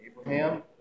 Abraham